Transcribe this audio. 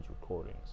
recordings